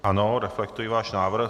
Ano, reflektuji náš návrh.